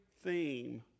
theme